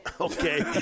Okay